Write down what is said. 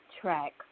track